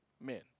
men